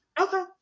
okay